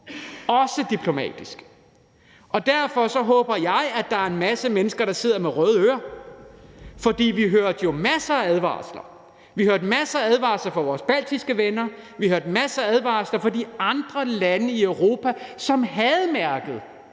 også diplomatisk. Derfor håber jeg, at der er en masse mennesker, der sidder med røde ører, for vi fik jo masser af advarsler fra vores baltiske venner og fra de andre lande i Europa, som havde mærket,